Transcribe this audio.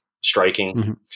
striking